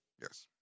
Yes